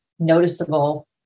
noticeable